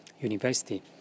university